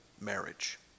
marriage